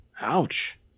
Ouch